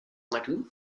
naartoe